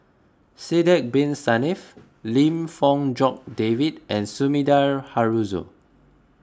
Sidek Bin Saniff Lim Fong Jock David and Sumida Haruzo